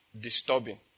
disturbing